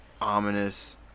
ominous